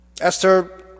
Esther